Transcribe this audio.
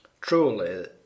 truly